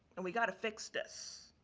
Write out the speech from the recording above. and, we've got to fix this.